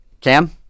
Cam